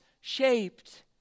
shaped